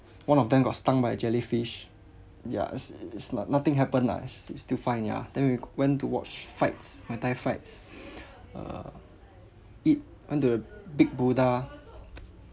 one of them got stung by a jellyfish yeah it's it it's noth~ nothing happen lah it's it's still fun ya then we went to watch fights muay thai fights err eat went to the big buddha